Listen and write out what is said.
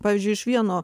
pavyzdžiui iš vieno